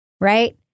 Right